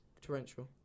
torrential